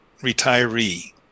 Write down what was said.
retiree